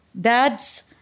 dads